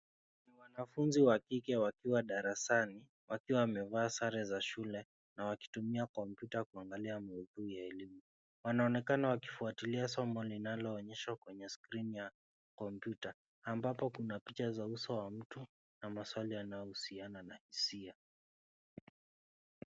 Ni wanafunzi wakike wakiwa darasani, wakiwa wamevaa sare za shule na wakitumia kompyuta kuangalia maudhui ya elimu. Wanaonekana wakifuatilia somo linaloonyeshwa kwenye skrini ya kompyuta ambapo kuna picha za uso wa mtu na maswali yanayo husiana na hisia.